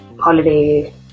holiday